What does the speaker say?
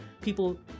people